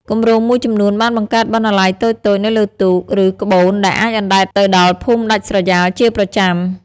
គម្រោងមួយចំនួនបានបង្កើតបណ្ណាល័យតូចៗនៅលើទូក ឬក្បូនដែលអាចអណ្តែតទៅដល់ភូមិដាច់ស្រយាលជាប្រចាំ។